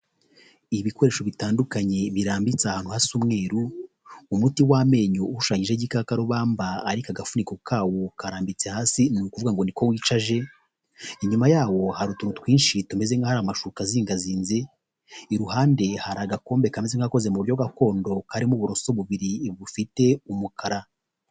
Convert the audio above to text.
Ibikoresho bitandukanye birambitse ahantu hasa umweru, umuti w'amenyo ushushanyijeho igikakarubamba, ariko agafuniko kawo karambitse hasi ni ukuvuga ngo niko wicaje, inyuma yaho hari utuntu twinshi tumeze nk'aho ari amashuka azingazinze, iruhande hari agakombe kameze nk'agakoze mu buryo gakondo, karimo uburoso bubiri bufite umukara.